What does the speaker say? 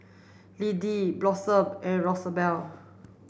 Lindy Blossom and Rosabelle